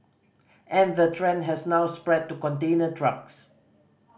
and the trend has now spread to container trucks